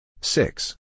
Six